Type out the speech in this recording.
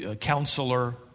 counselor